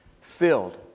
filled